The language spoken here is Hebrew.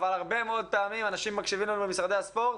אבל הרבה מאוד פעמים אנשים מקשיבים לנו במשרדי הספורט,